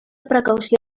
precaució